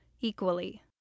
equally